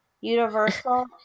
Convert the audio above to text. Universal